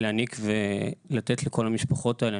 להעניק ולתת לכל המשפחות האלה,